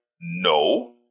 No